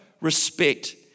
respect